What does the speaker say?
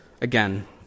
again